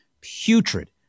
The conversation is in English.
putrid